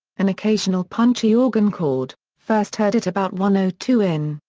an occasional punchy organ chord, first heard at about one ah two in,